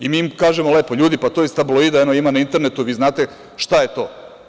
Mi im kažemo lepo – ljudi, pa to je iz tabloida, eno ima na internetu znate šta je to.